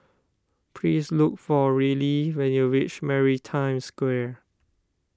please look for Rillie when you reach Maritime Square